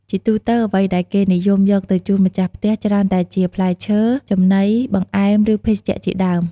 ជាទូទៅ អ្វីដែលគេនិយមយកទៅជូនម្ចាស់ផ្ទះច្រើនតែជា ផ្លែឈើ ចំណី បង្អែម ឬ ភេសជ្ជៈជាដើម។